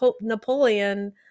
Napoleon